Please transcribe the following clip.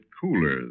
cooler